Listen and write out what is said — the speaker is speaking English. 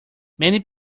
many